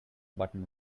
button